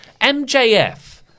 MJF